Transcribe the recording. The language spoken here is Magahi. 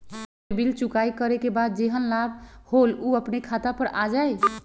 कोई बिल चुकाई करे के बाद जेहन लाभ होल उ अपने खाता पर आ जाई?